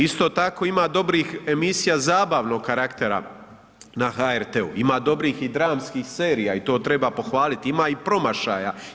Isto tako ima dobrih emisija zabavnog karaktera na HRT-u, ima dobrih i dramskih serija i to treba pohvaliti, ima i promašaja.